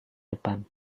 depan